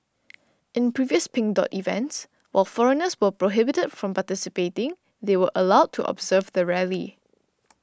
in previous Pink Dot events while foreigners were prohibited from participating they were allowed to observe the rally